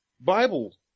Bible